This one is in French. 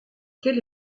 quel